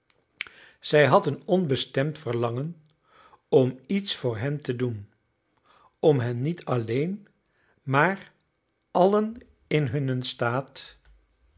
zij had een onbestemd verlangen om iets voor hen te doen om hen niet alleen maar allen in hunnen staat